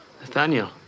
Nathaniel